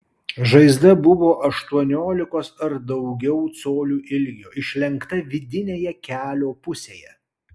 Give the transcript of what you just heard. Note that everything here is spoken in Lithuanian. žaizda buvo aštuoniolikos ar daugiau colių ilgio išlenkta vidinėje kelio pusėje